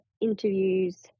interviews